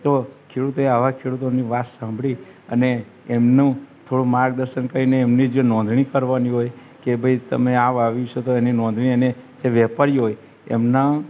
તો ખેડૂતે આવા ખેડૂતોની વાત સાંભળી અને એમનું થોડું માર્ગદર્શન કરીને એમની જે નોંધણી કરવાની હોય કે ભાઈ તમે આ વાવ્યું છે તો એની નોંધણી એને જે વેપારી હોય એમના